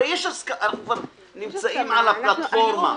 הרי אנחנו כבר נמצאים על הפלטפורמה.